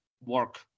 work